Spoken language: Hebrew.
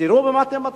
תראו במה אתם מתחילים,